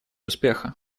успеха